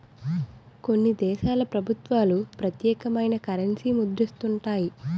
కొన్ని దేశాల ప్రభుత్వాలు ప్రత్యేకమైన కరెన్సీని ముద్రిస్తుంటాయి